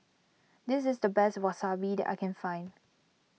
this is the best Wasabi that I can find